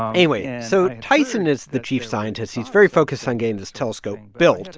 anyway, so tyson is the chief scientist. he's very focused on getting this telescope built.